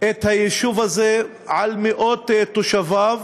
את היישוב הזה על מאות תושביו